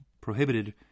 prohibited